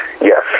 Yes